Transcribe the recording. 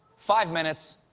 five minutes,